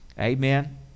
Amen